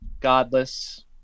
Godless